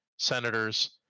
Senators